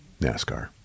NASCAR